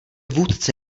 vůdce